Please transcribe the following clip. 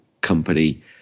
company